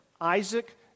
Isaac